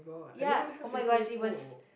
oh I don't even have epok epok